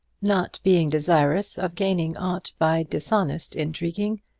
not being desirous of gaining aught by dishonest intriguing,